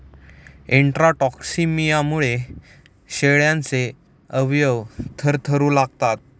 इंट्राटॉक्सिमियामुळे शेळ्यांचे अवयव थरथरू लागतात